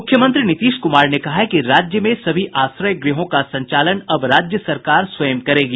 मुख्यमंत्री नीतीश कुमार ने कहा है कि राज्य में सभी आश्रय गृहों का संचालन अब राज्य सरकार स्वयं करेगी